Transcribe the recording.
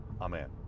Amen